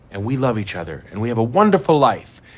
and we love each other, and we have a wonderful life.